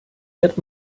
wird